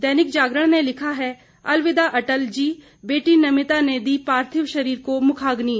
दैनिक जागरण ने लिखा है अलविदा अटल जी बेटी नमिता ने दी पार्थिव शरीर को मुखाग्नि